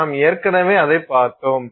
நாம் ஏற்கனவே அதைப் பார்த்தோம்